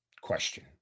question